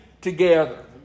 together